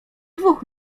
dwóch